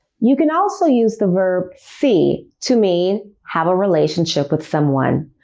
you can also use the verb see to mean have a relationship with someone.